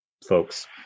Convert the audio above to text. Folks